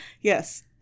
yes